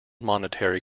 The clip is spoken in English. monetary